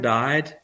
died